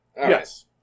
Yes